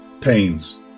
pains